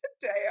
today